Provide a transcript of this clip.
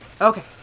Okay